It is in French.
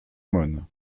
aumône